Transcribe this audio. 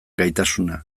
gaitasuna